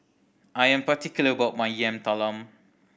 I am particular about my Yam Talam